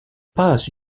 pas